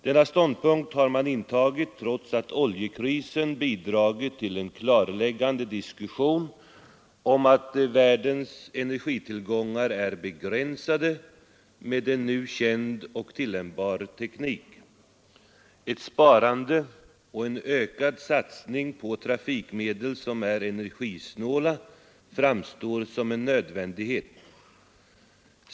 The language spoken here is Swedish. Denna ståndpunkt har man intagit trots att oljekrisen bidragit till en klarläggande diskussion om att världens energitillgångar är begränsade — med nu känd och tillämpbar teknik. Ett sparande och en ökad satsning på trafikmedel som är energisnåla framstår som en nödvändighet.